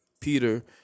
Peter